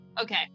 okay